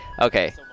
okay